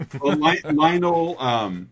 Lionel